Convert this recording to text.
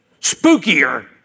spookier